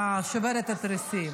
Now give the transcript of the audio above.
אתה שובר את התריסים.